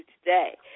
today